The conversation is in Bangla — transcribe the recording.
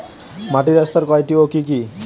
মাটির স্তর কয়টি ও কি কি?